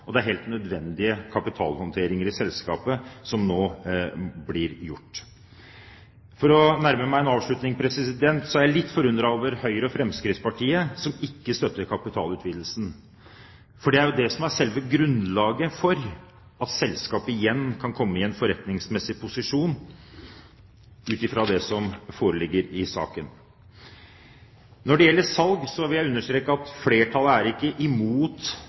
og det er helt nødvendige kapitalhåndteringer i selskapet som nå blir gjort. For å nærme meg en avslutning: Jeg er litt forundret over Høyre og Fremskrittspartiet, som ikke støtter kapitalutvidelsen. Det er jo det som er selve grunnlaget for at selskapet igjen kan komme i en forretningsmessig posisjon ut fra det som foreligger i saken. Når det gjelder salg, vil jeg understreke at flertallet ikke er imot